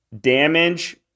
damage